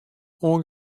oan